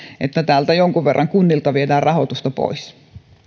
että täältä viedään kunnilta jonkun verran rahoitusta pois